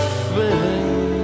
feeling